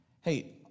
Hey